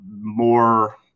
more